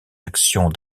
actions